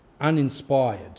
uninspired